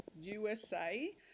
USA